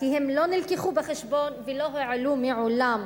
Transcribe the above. שהם לא הובאו בחשבון ולא הועלו מעולם.